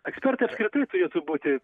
ekspertai apskritai turėtų būti